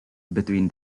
between